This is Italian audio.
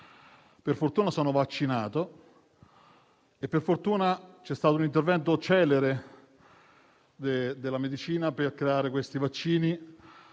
Per fortuna sono vaccinato e per fortuna c'è stato un intervento celere della medicina per creare i vaccini